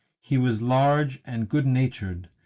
he was large and good-natured,